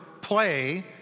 play